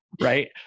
right